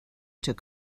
took